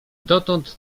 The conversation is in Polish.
dotąd